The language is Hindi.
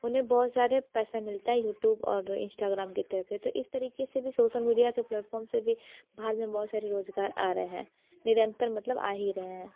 उन्हें बहुत सारे पैसा मिलता है यूट्यूब और इंस्टाग्राम की तरफ से तो इस तरीके से भी सोशल मीडिया के प्लेटफार्म से भी भारत में बहुत सारे रोज़गार आ रहे हैं निरंतर मतलब आ ही रहे हैं